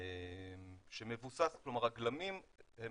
הגלמים הם